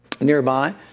nearby